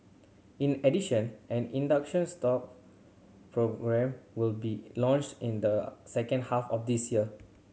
in addition an inductions stall programme will be launched in the second half of this year